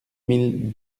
mille